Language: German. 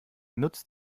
nutzt